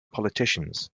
politicians